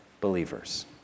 believers